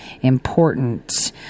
important